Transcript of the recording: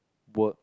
work